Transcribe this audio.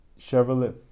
Chevrolet